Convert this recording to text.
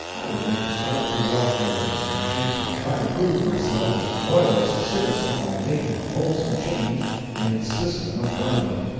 i would make a strike for the welfare of this country, and try to prove myself its loyalest citizen by making a wholesome change in its system of government.